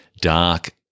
dark